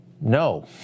no